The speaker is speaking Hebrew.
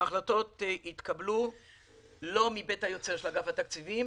ההחלטות התקבלו לא מבית היוצר של אגף התקציבים